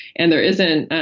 and there isn't,